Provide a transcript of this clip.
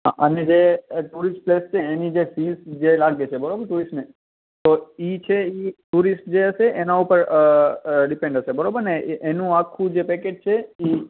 અ અને જે અ ટૂરિસ્ટ પ્લેસ છે એની જે ફીસ જે લાગે છે બરોબર ટૂરિસ્ટને તો એ છે એ ટુરિસ્ટ જે હશે એના ઉપર અઅઅ અ ડિપેન્ડ હશે બરાબરને એ એનું આખું જે પેકેજ છે એ